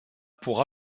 pour